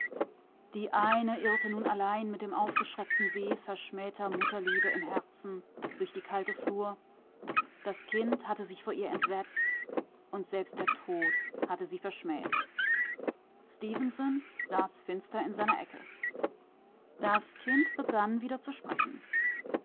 die eine irrte nun allein mit dem aufgeschreckten weh verschmähter mutterliebe im herzen durch die kalte flur das kind hatte sich vor ihr entsetzt und selbst der tod hatte sie verschmäht stefenson saß finster in seiner ecke das kind begann wieder zu sprechen